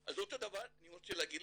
אז אותו דבר אני רוצה לכם